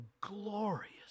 glorious